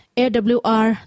awr